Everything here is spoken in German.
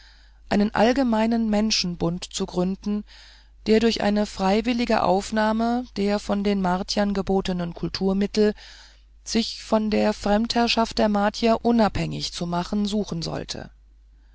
einen allgemeinen menschenbund zu gründen der durch eine freiwillige aufnahme der von den martiern gebotenen kulturmittel sich von der fremdherrschaft der martier unabhängig zu machen suchen sollte